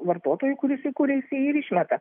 vartotojui kuris įkūrė jisai jį ir išmeta